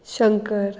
Shankar